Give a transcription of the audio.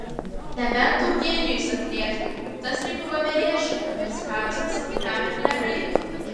nebent eugenijus atlėktų tas kaip voverė šakomis karstosi tam ir negaila